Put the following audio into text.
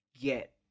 get